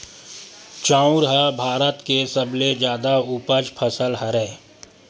चाँउर ह भारत के सबले जादा उपज फसल हरय